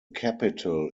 capital